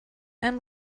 and